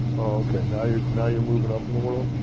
okay. now you're now you're moving up in the world?